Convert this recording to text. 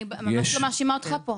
אני ממש לא מאשימה אותך פה.